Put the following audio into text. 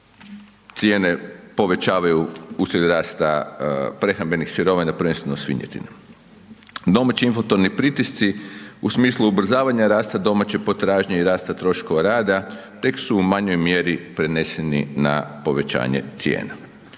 cijene povećavaju uslijed rasta prehrambenih sirovina prvenstveno svinjetine. Domaći inflatorni pritisci u smislu ubrzavanja rasta domaće potražnje i rasta troškova rada tek su u manjoj mjeri preneseni na povećanje cijena.